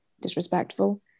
disrespectful